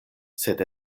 sed